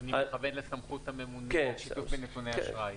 אדוני מכוון לסמכות הממונה של שיתוף בנתוני אשראי.